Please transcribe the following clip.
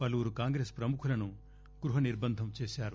పలువురు కాంగ్రెస్ ప్రముఖులను గృహ నిర్బంధం చేశారు